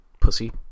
pussy